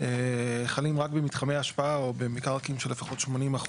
חלים רק במתחמי השפעה או במקרקעין של לפחות 80%,